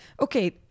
Okay